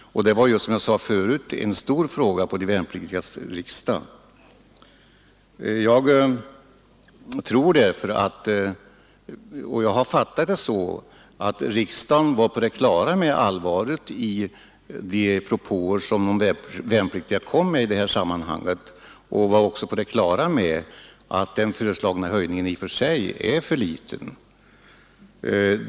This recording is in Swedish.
Det var, som jag sade förut, en stor fråga på värnpliktsriksdagen. Jag har fattat det så att riksdagen är på det klara med allvaret i de propåer som de värnpliktiga gjorde i detta sammanhang och även med att den föreslagna höjningen är för liten.